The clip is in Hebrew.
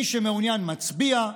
מי שמעוניין, מצביע,